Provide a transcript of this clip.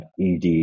ED